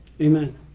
Amen